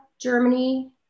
Germany